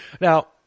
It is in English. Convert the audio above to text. Now